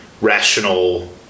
rational